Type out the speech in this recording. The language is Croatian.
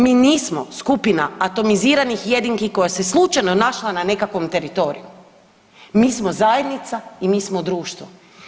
Mi nismo skupina atomiziranih jedinki koja se slučajno našla na nekakvom teritoriju, mi smo zajednica i mi smo društvo.